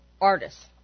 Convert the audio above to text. artists